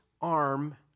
arm